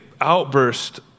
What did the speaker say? outburst